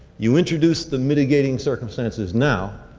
you introduce the mitigating circumstances now